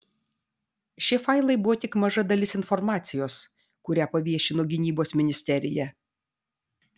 šie failai buvo tik maža dalis informacijos kurią paviešino gynybos ministerija